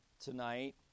tonight